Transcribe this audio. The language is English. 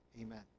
amen